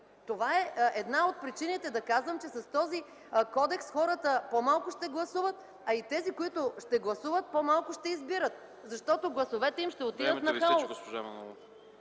Това е една от причините да казвам, че с този кодекс хората по-малко ще гласуват, а и тези, които ще гласуват – по-малко ще избират, защото гласовете им ще отидат нахалос.